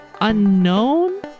unknown